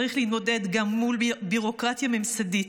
צריך להתמודד גם מול ביורוקרטיה ממסדית,